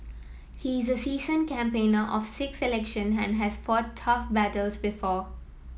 he is a seasoned campaigner of six election and has fought tough battles before